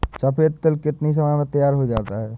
सफेद तिल कितनी समय में तैयार होता जाता है?